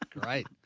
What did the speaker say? Great